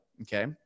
Okay